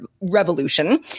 revolution